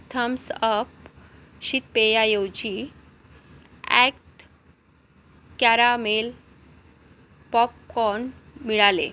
Thums Up शीतपेयाऐवजी Act caramel popcorn मिळाले